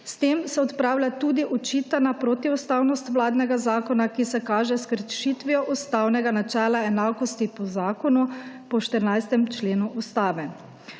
S tem se odpravlja tudi očitana protiustavnost vladnega zakona, ki se kaže s kršitvijo ustavnega načela enakosti po zakonu po 14. členu ustave.